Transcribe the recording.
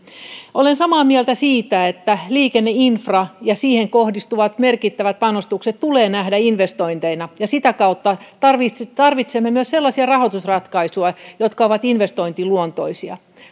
olen samaa mieltä siitä että liikenneinfra ja siihen kohdistuvat merkittävät panostukset tulee nähdä investointeina ja sitä kautta tarvitsemme myös sellaisia rahoitusratkaisuja jotka ovat investointiluonteisia